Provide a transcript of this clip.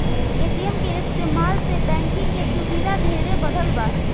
ATM के इस्तमाल से बैंकिंग के सुविधा ढेरे बढ़ल बा